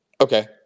Okay